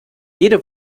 jede